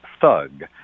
thug